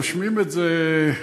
נושמים את זה.